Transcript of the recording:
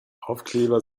aufkleber